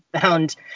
found